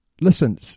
Listen